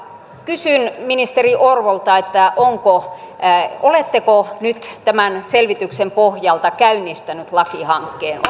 kysyn ministeri orvolta oletteko nyt tämän selvityksen pohjalta käynnistänyt lakihankkeen